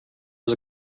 was